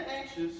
anxious